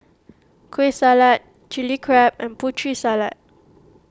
Kueh Salat Chili Crab and Putri Salad